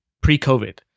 pre-COVID